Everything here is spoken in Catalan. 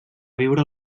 viure